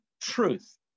truth